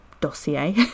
dossier